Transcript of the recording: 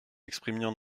exprimions